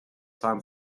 time